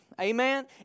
Amen